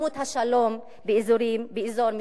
ולהתקדמות השלום באזור מסוכסך.